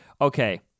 Okay